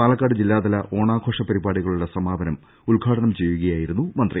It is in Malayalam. പാലക്കാട് ജില്ലാതല ഓണാഘോഷ പരിപാടികളുടെ സമാപനം ഉദ്ഘാടനം ചെയ്യുകയായിരുന്നു മന്ത്രി